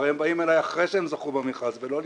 הרי הם באים אליי אחרי שהם זכו במכרז ולא לפני.